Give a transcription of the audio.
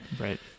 right